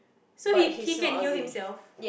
so he he can heal himself